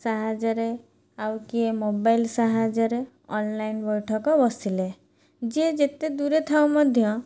ସାହାଯ୍ୟରେ ଆଉ କିଏ ମୋବାଇଲ ସାହାଯ୍ୟରେ ଅନ୍ଲାଇନ୍ ବୈଠକ ବସିଲେ ଯିଏ ଯେତେ ଦୂରେ ଥାଉ ମଧ୍ୟ